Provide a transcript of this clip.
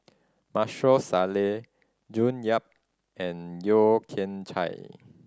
Maarof Salleh June Yap and Yeo Kian Chai